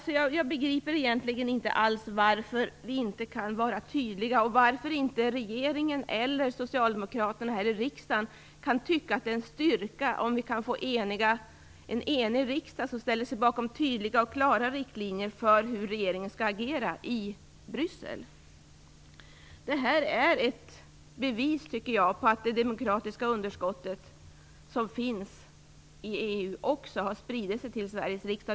Egentligen begriper jag inte alls varför vi inte kan vara tydliga och varför varken regeringen eller socialdemokraterna i riksdagen kan se det som en styrka att en enig riksdag kan ställa sig bakom tydliga riktlinjer för hur regeringen skall agera i Bryssel. Detta är, tycker jag, ett bevis för att det demokratiska underskottet i EU också har spritt sig till Sveriges riksdag.